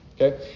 okay